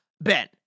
Ben